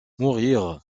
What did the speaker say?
mourir